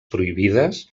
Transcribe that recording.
prohibides